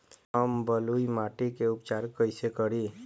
हम बलुइ माटी के उपचार कईसे करि?